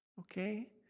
okay